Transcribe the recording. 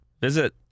Visit